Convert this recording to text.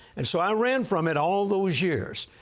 and so i ran from it all those years.